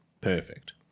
Perfect